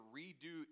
redo